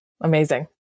Amazing